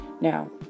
now